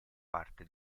parte